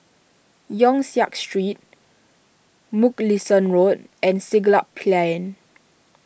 Yong Siak Street Mugliston Road and Siglap Plain